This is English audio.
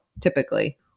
typically